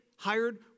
Hired